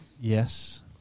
Yes